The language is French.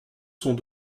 sont